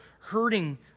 hurting